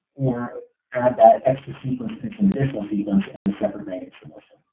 or add that extra sequence to the conditional sequence, as a separate bankit submission.